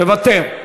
מוותר,